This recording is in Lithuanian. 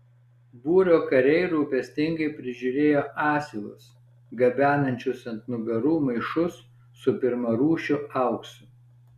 būrio kariai rūpestingai prižiūrėjo asilus gabenančius ant nugarų maišus su pirmarūšiu auksu